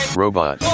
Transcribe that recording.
robot